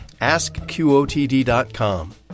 askqotd.com